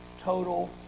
Total